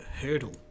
Hurdle